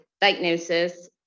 diagnosis